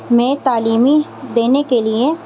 میں تعلیمی دینے کے لیے